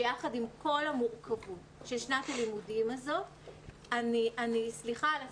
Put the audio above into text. שיחד עם כל המורכבות של שנת הלימודים הזו וסליחה על השפה,